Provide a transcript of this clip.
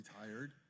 tired